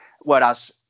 Whereas